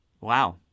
Wow